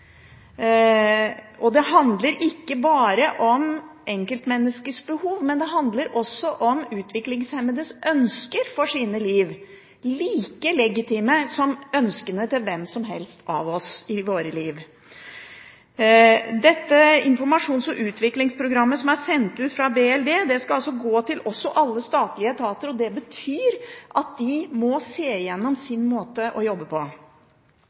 og likestilling. Det handler ikke bare om enkeltmenneskets behov, men det handler også om utviklingshemmedes ønsker for sitt liv, som er like legitime som ønskene til hvem som helst av oss i vårt liv. Dette informasjons- og utviklingsprogrammet, som er sendt ut fra Barne-, likestillings- og inkluderingsdepartementet, skal gå til alle statlige etater. Det betyr at de må se gjennom sin måte å jobbe på.